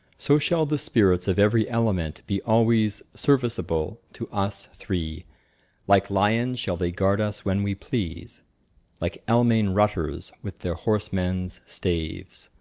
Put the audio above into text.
so shall the spirits of every element be always serviceable to us three like lions shall they guard us when we please like almain rutters with their horsemen's staves,